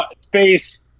space